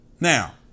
Now